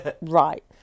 Right